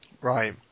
Right